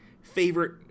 favorite